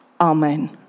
Amen